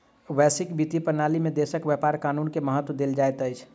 वैश्विक वित्तीय प्रणाली में देशक व्यापार कानून के महत्त्व देल जाइत अछि